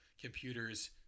computers